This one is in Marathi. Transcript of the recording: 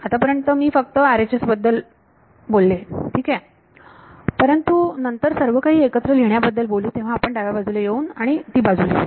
आत्तापर्यंत मी फक्त RHS बद्दल बोललो ठीक आहे परंतु नंतर सर्व काही एकत्र लिहिण्याबद्दल बोलू तेव्हा आपण डाव्या बाजूला येऊन आणि ती बाजू लिहू